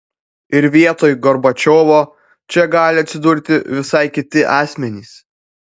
ir vietoj gorbačiovo čia gali atsidurti visai kiti asmenys